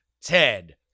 Ted